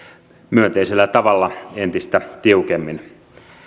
myönteisellä tavalla entistä tiukemmin